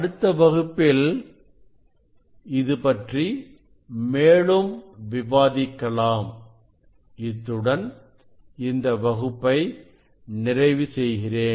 அடுத்த வகுப்பில் இதுபற்றி மேலும் விவாதிக்கலாம் இத்துடன் இந்த வகுப்பை நிறைவு செய்கிறேன்